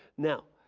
now,